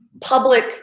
public